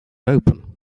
open